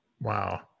Wow